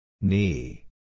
Knee